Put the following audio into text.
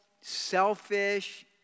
selfish